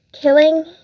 Killing